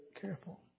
careful